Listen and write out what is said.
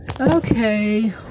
Okay